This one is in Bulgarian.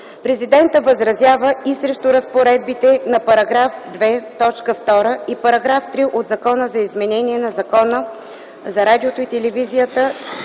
Президентът възразява и срещу разпоредбите на § 2, т. 2 и § 3 от Закона за изменение на Закона за радиото и телевизията